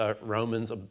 Romans